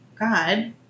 god